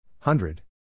Hundred